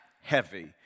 heavy